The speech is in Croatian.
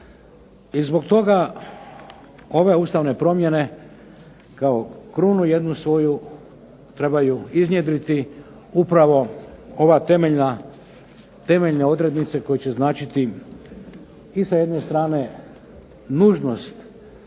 I zbog toga ove ustavne promjene kao krunu jednu svoju trebaju iznjedriti upravo ova temeljna, temeljne odrednice koje će značiti i sa jedne strane nužnost